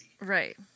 Right